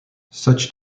such